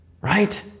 right